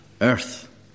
earth